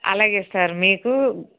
అలాగే సార్ మీకు